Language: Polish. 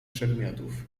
przedmiotów